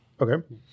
Okay